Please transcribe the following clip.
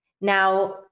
Now